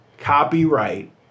copyright